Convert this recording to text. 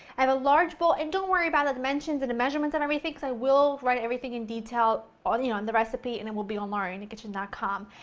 i have a large bowl, and don't worry about the dimensions and the measurements and everything because i will write everything in detail on, you know, on the recipe and it will be on laurainthekitchen com.